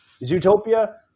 Zootopia